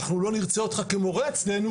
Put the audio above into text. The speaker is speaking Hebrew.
אנחנו לא נרצה אותך כמורה אצלנו,